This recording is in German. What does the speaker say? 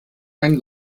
ein